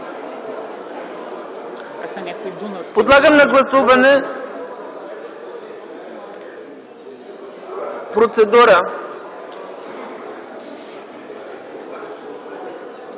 Подлагам на гласуване процедурното